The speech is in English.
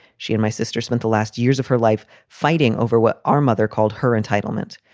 she and my sister spent the last years of her life fighting over what our mother called her entitlement.